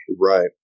Right